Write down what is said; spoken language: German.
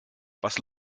was